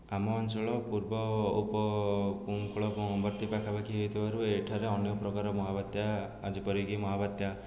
ଆମ ଅଞ୍ଚଳ ପୂର୍ବ ଉପକୂଳବର୍ତ୍ତୀ ପାଖାପାଖି ହେଇଥିବାରୁ ଏଠାରେ ଅନେକପ୍ରକାର ମହାବାତ୍ୟା ଆ ଯେପରିକି ମହାବାତ୍ୟା